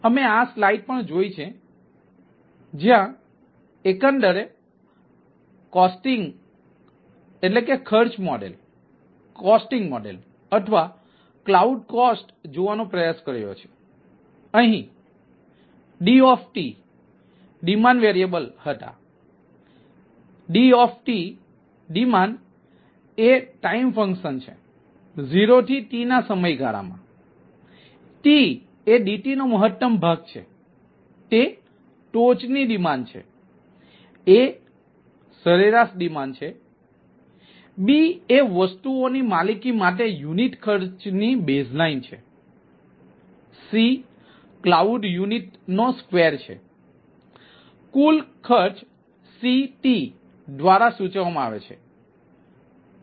અમે આ સ્લાઇડ્સ પણ જોઈ છે જ્યાં અમે એકંદર કોસ્ટીન્ગ નો મહત્તમ ભાગ છેતે ટોચની ડિમાન્ડ છે A સરેરાશ ડિમાન્ડ છે B એ વસ્તુઓની માલિકી માટે યુનિટ ખર્ચ ની બેઝલાઈન છે C ક્લાઉડ યુનિટ સ્ક્વેર છે કુલ ખર્ચ CT દ્વારા સૂચવવામાં આવે છે